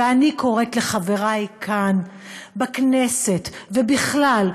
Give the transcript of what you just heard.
ואני קוראת לחברי כאן, בכנסת, ובכלל,